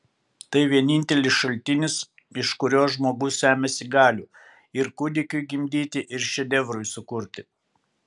tai vienintelis šaltinis iš kurio žmogus semiasi galių ir kūdikiui gimdyti ir šedevrui sukurti